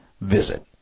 visit